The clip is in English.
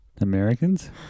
Americans